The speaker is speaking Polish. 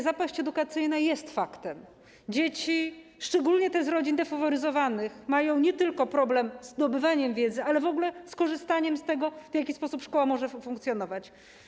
Zapaść edukacyjna jest faktem, dzieci, szczególnie te z rodzin defaworyzowanych, mają nie tylko problem ze zdobywaniem wiedzy, ale w ogóle z korzystaniem z tego, w jaki sposób szkoła może funkcjonować.